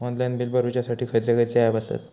Online bill भरुच्यासाठी खयचे खयचे ऍप आसत?